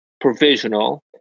provisional